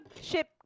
ship